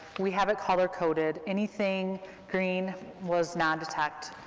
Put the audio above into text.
we have it color coded, anything green was non-detect,